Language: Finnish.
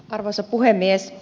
arvoisa puhemies